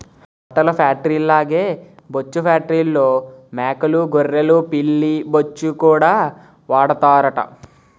బట్టల ఫేట్రీల్లాగే బొచ్చు ఫేట్రీల్లో మేకలూ గొర్రెలు పిల్లి బొచ్చుకూడా వాడతారట